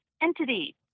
entity